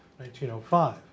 1905